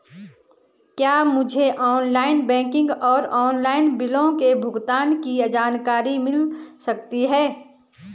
क्या मुझे online banking और ऑनलाइन बिलों के भुगतान की जानकारी मिल सकता है?